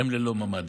הן ללא ממ"דים.